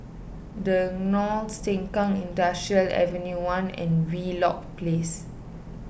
the Knolls Sengkang Industrial Ave one and Wheelock Place